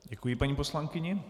Děkuji paní poslankyni.